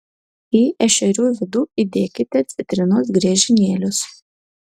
į ešerių vidų įdėkite citrinos griežinėlius